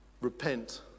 repent